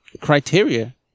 criteria